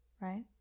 right